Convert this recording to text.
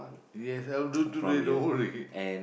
yes I'll do today the whole week